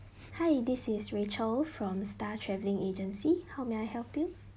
hi this is rachel from star travelling agency how may I help you